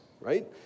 right